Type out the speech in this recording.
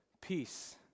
peace